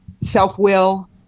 self-will